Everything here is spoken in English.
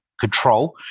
control